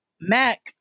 Mac